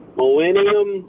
millennium